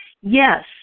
Yes